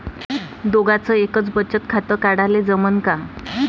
दोघाच एकच बचत खातं काढाले जमनं का?